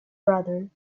brother